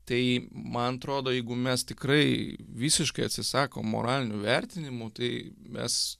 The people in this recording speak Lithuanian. tai man atrodo jeigu mes tikrai visiškai atsisakom moralinių vertinimų tai mes